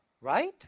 right